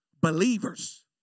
Believers